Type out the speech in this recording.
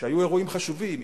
שהיו אירועים חשובים,